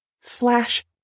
slash